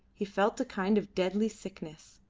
he felt a kind of deadly sickness.